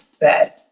bad